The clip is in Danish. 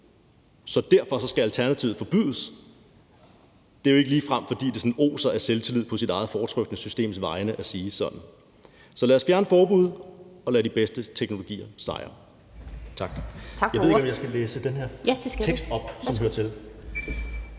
så derfor skal alternativet forbydes. Det er jo ikke ligefrem, fordi det oser af selvtillid på sit eget foretrukne systems vegne at sige sådan. Så lad os fjerne forbuddet og lade de bedste teknologier sejre.